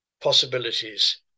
possibilities